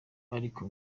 ariko